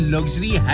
Luxury